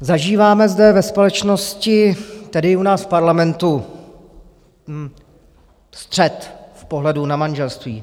Zažíváme zde ve společnosti, tedy i u nás v parlamentu, střet v pohledu na manželství.